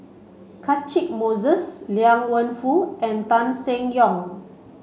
Catchick Moses Liang Wenfu and Tan Seng Yong